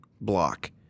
block